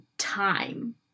time